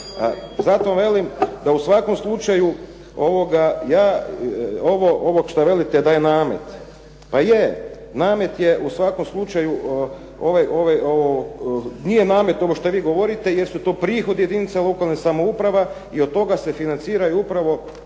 Zato velim da u svakom slučaju ja ovo što velite da je namet. Pa je, namet je u svakom slučaju. Nije namet ovo što vi govorite jer su to prihodi jedinica lokalnih samouprava i od toga se financiraju upravo